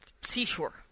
seashore